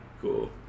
Cool